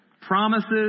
promises